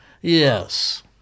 yes